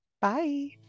Bye